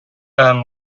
turn